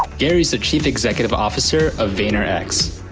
gary is the chief executive officer of vayner x,